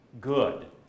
good